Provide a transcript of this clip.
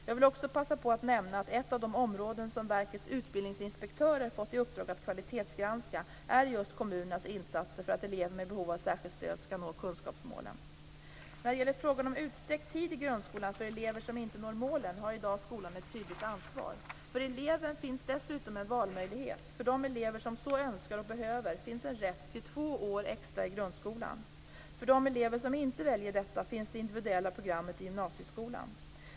Jag vill också passa på att nämna att ett av de områden som verkets utbildningsinspektörer fått i uppdrag att kvalitetsgranska är just kommunernas insatser för att elever med behov av särskilt stöd skall nå kunskapsmålen. När det gäller frågan om utsträckt tid i grundskolan för elever som inte når målen har i dag skolan ett tydligt ansvar. För eleven finns dessutom en valmöjlighet. För de elever som så önskar och behöver finns en rätt till två år extra i grundskolan. För de elever som inte väljer detta finns det individuella programmet i gymnasieskolan.